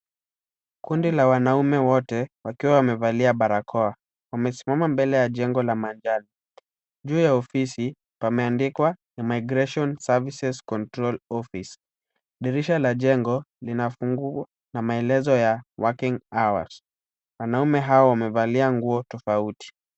Kundi la wanaume wote wakiwa wamevalia barakoa. Wamesimama mbele ya jengo la maridadi. Juu ya ofisi pameandikwa immiration services control office . Dirisha la jengo lina funguo na maelezo ya working hours . Wanaume hao wamevalia nguo tofauti.